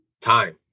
time